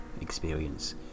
experience